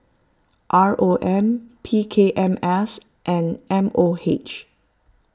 R O M P K M S and M O H